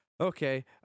Okay